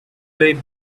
lay